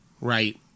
right